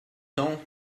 temps